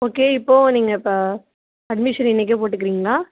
okay இப்போ நீங்கள் இப்போ அட்மிஷன் இன்றைக்கே போட்டுக்கிறிங்களா